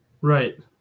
right